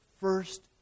first